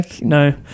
No